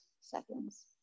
seconds